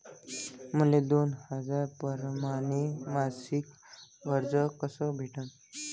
मले दोन हजार परमाने मासिक कर्ज कस भेटन?